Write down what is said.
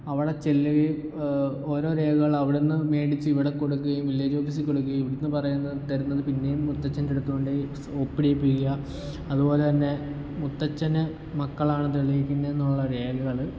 അവിടെ ചെല്ലുകയും ഓരോ രേഖകൾ അവിടുന്ന് മേടിച്ച് ഇവിടെ കൊടുക്കുകയും വില്ലേജ് ഓഫീസി കൊടുക്കുകയും ഇവിടുന്ന് പറയുന്നത് തരുന്നത് പിന്നെയും മുത്തച്ഛൻ്റെ അടുത്ത് കൊണ്ടുപോയി ഒപ്പിടീപ്പിക്കുക അതുപോലെ തന്നെ മുത്തച്ഛന് മക്കളാണെന്ന് തെളിയിക്കുന്നതിനുള്ള രേഖകൾ